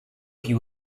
you